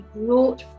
brought